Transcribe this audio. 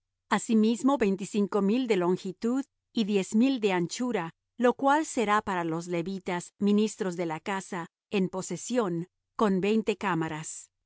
asimismo veinticinco mil de longitud y diez mil de anchura lo cual será para los levitas ministros de la casa en posesión con veinte cámaras